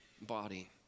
body